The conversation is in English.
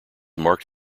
marked